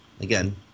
again